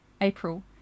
April